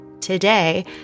today